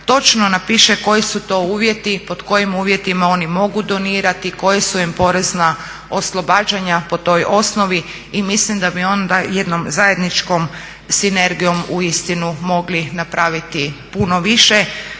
točno napiše koji su to uvjeti, pod kojim uvjetima oni mogu donirati, koja su im porezna oslobađanja po toj osnovi. I mislim da bi onda jednom zajedničkom sinergijom uistinu mogli napraviti puno više